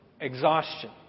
Exhaustion